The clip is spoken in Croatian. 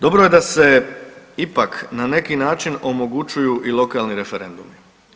Dobro je da se ipak na neki način omogućuju i lokalni referendumi.